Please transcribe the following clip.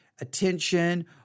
attention